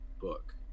book